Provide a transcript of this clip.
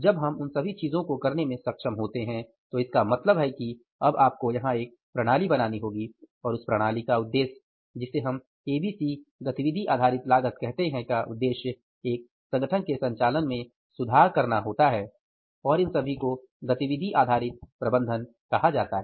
जब हम उन सभी चीजों को करने में सक्षम होते हैं तो इसका मतलब है कि अब आपको यहाँ एक प्रणाली बनानी होगी और उस प्रणाली का उद्देश्य जिसे हम एबीसी गतिविधि आधारित लागत कहते हैं का उद्देश्य एक संगठन के संचालन में सुधार करना होता है और इन सभी को गतिविधि आधारित प्रबंधन कहा जाता है